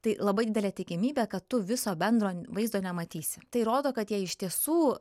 tai labai didelė tikimybė kad tu viso bendro vaizdo nematysi tai rodo kad jie iš tiesų